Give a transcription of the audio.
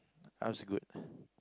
I was good